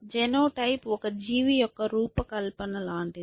genotype ఒక జీవి యొక్క రూపకల్పన లాంటిది